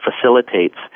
facilitates